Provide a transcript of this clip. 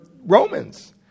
Romans